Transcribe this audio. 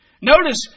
Notice